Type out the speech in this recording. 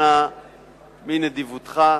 מנדיבותך,